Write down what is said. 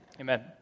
amen